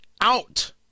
out